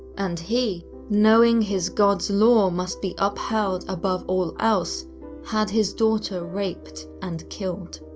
and he knowing his god's law must be upheld above all else had his daughter raped and killed.